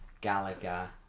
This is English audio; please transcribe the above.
Gallagher